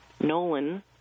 Nolan